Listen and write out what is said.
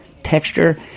texture